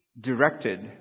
directed